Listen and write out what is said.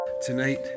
Tonight